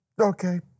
Okay